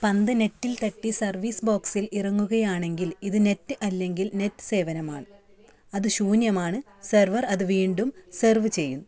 പന്ത് നെറ്റിൽ തട്ടി സർവീസ് ബോക്സിൽ ഇറങ്ങുകയാണെങ്കിൽ ഇത് നെറ്റ് അല്ലെങ്കിൽ നെറ്റ് സേവനമാണ് അത് ശൂന്യമാണ് സെർവർ അത് വീണ്ടും സെർവ് ചെയുന്നു